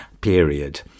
period